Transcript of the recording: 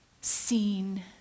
seen